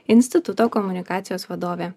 instituto komunikacijos vadovė